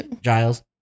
Giles